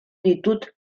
ditut